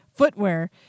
footwear